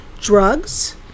drugs